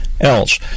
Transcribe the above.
else